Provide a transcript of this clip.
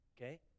okay